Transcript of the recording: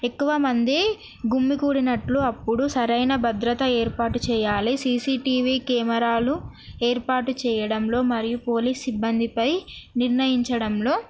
ఎక్కువ మంది గుమ్మి కూడినట్లు అప్పుడు సరైన భద్రత ఏర్పాటు చేయాలి సిసీ టీవీ కెమెరాలు ఏర్పాటు చేయడంలో మరియు పోలీస్ సిబ్బందిపై నిర్ణయించడంలో